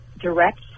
direct